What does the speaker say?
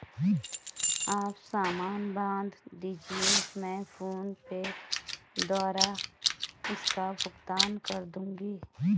आप सामान बांध दीजिये, मैं फोन पे द्वारा इसका भुगतान कर दूंगी